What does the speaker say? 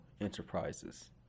Enterprises